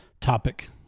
topic